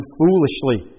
foolishly